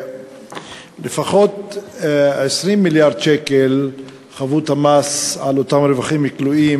לפחות 20 מיליארד שקל חבות המס על אותם רווחים כלואים